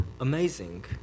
Amazing